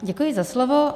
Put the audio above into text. Děkuji za slovo.